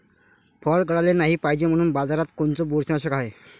फळं गळाले नाही पायजे म्हनून बाजारात कोनचं बुरशीनाशक हाय?